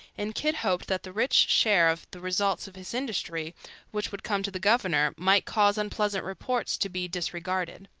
and kidd hoped that the rich share of the results of his industry which would come to the governor might cause unpleasant reports to be disregarded.